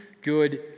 good